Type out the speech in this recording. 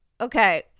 Okay